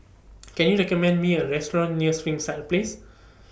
Can YOU recommend Me A Restaurant near Springside Place